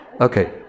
Okay